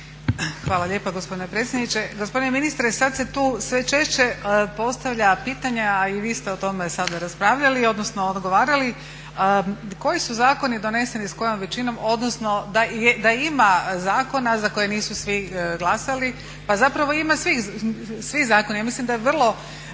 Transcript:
Hvala lijepa gospodine predsjedniče. Gospodine ministre, sada se tu sve češće postavljaju pitanja a i vi ste o tome sada raspravljali, odnosno odgovarali koji su zakoni doneseni s kojom većinom, odnosno da i ima zakona za koje nisu svi glasali. Pa zapravo ima svi zakoni. Ja mislim da vrlo,